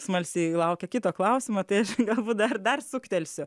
smalsiai laukia kito klausimo tai aš galbūt dar dar suktelsiu